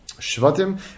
Shvatim